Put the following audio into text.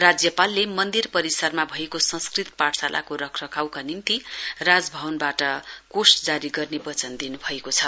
राज्यपालले मन्दिर परिसरमा भएको संस्कृत पाठशालाको रखरखाउका निम्ति राजभवनवाट कोष जारी गर्ने वचन दिन्भएको छ